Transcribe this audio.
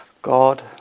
God